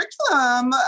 curriculum